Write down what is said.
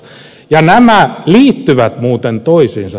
nämä asiat liittyvät muuten toisiinsa